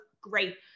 great